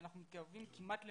אנחנו מתקרבים כמעט למאות,